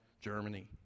Germany